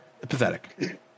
pathetic